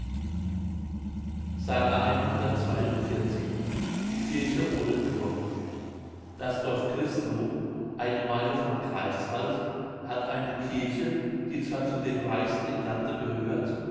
die kirche ohne thurm das dorf gristow eine meile von greifswald hat eine kirche die zwar zu den reichsten im lande gehört